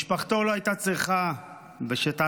משפחתו לא הייתה צריכה לנהל מאבק בשעתה